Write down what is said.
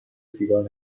سیگار